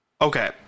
okay